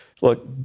Look